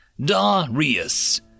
Darius